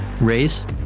race